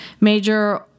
major